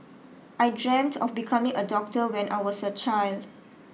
I dreamt of becoming a doctor when I was a child